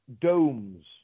domes